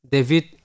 David